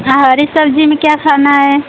हाँ हरी सबजी में क्या खाना है